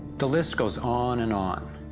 the list goes on and on.